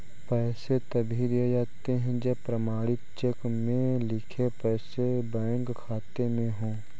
पैसे तभी दिए जाते है जब प्रमाणित चेक में लिखे पैसे बैंक खाते में हो